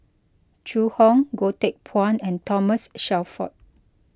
Zhu Hong Goh Teck Phuan and Thomas Shelford